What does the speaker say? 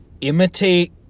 imitate